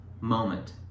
moment